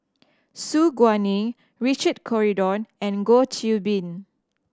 Su Guaning Richard Corridon and Goh Qiu Bin